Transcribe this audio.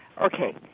okay